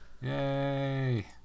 Yay